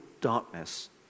darkness